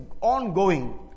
ongoing